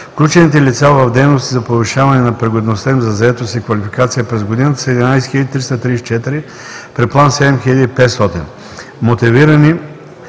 Включените лица в дейности за повишаване на пригодността им за заетост и квалификация през годината са 11 334, при план 7 500: - мотивирани